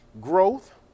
Growth